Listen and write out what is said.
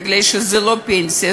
מפני שזה לא פנסיה,